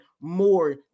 more